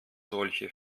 solche